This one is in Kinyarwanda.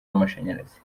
w’amashanyarazi